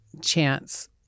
chance